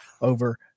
over